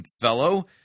fellow